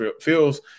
feels